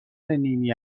نیمی